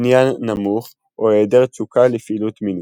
עניין נמוך או היעדר תשוקה לפעילות מינית.